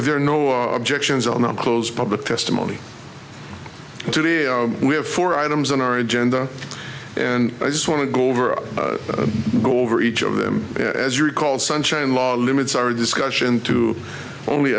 there are no objections on our clothes public testimony today we have four items on our agenda and i just want to go over all over each of them as you recall sunshine law limits our discussion to only